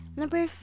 number